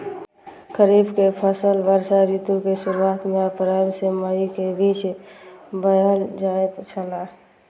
खरीफ के फसल वर्षा ऋतु के शुरुआत में अप्रैल से मई के बीच बौअल जायत छला